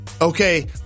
Okay